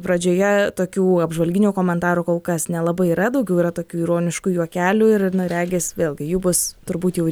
pradžioje tokių apžvalginių komentarų kol kas nelabai yra daugiau yra tokių ironiškų juokelių ir na regis vėlgi jų bus turbūt jau